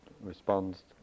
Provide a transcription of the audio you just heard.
responds